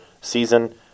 season